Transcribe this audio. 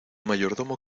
mayordomo